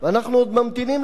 הדברים עוד לא נסגרו,